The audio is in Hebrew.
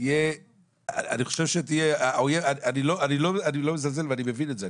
אני לא מזלזל ואני מבין את זה,